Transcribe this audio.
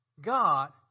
God